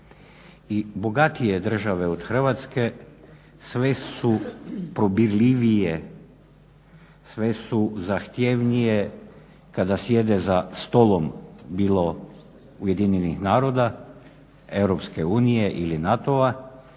bogatije države od Hrvatske sve su probirljivije, sve su zahtjevnije kada sjede za stolom bilo Ujedinjenih naroda, Europske